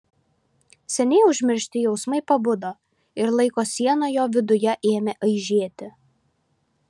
seniai užmiršti jausmai pabudo ir laiko siena jo viduje ėmė aižėti